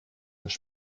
dass